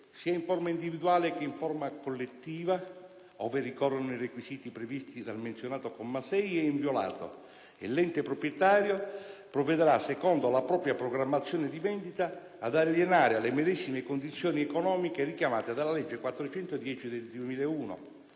sia in forma individuale che in forma collettiva, ove ricorrano i requisiti previsti dal menzionato comma 6, è inviolato e l'ente proprietario provvederà secondo la propria programmazione di vendita ad alienare alle medesime condizioni economiche richiamate dalla legge n. 410 del 2001,